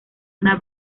una